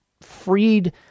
freed